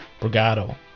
brigado